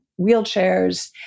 wheelchairs